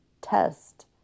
test